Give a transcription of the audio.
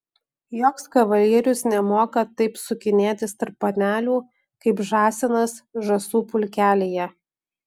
joks kavalierius nemoka taip sukinėtis tarp panelių kaip žąsinas žąsų pulkelyje